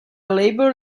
labor